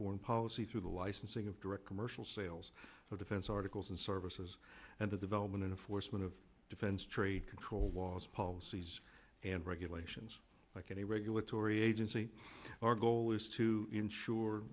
foreign policy through the licensing of direct commercial sales of defense articles and services and the development of the forstmann of defense trade control laws policies and regulations like any regulatory agency our goal is to ensure